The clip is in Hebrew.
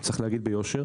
צריך להגיד ביושר,